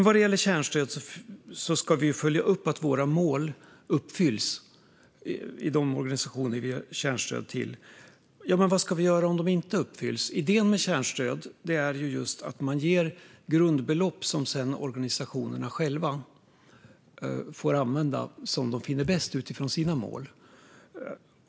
Vad gäller kärnstöd ska vi följa upp att våra mål uppfylls i de organisationer som vi ger kärnstöd till. Men vad ska vi göra om de inte uppfylls? Idén med kärnstöd är ju just att man ger grundbelopp som organisationerna själva sedan får använda som de finner bäst utifrån sina mål.